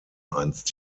einst